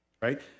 right